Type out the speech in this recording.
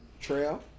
Trail